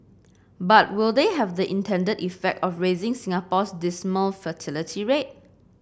but will they have the intended effect of raising Singapore's dismal fertility rate